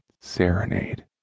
serenade